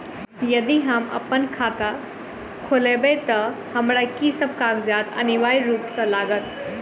यदि हम अप्पन खाता खोलेबै तऽ हमरा की सब कागजात अनिवार्य रूप सँ लागत?